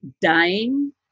dying